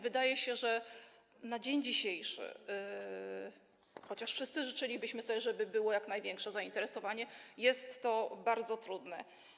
Wydaje się, że na dzień dzisiejszy, chociaż wszyscy życzylibyśmy sobie, żeby było jak największe zainteresowanie, jest to bardzo trudne.